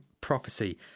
prophecy